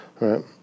right